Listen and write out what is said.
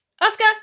Oscar